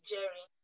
Jerry